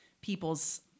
people's